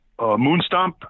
Moonstomp